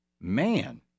Man